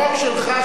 החוק שלך,